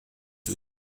who